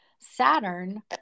Saturn